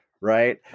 right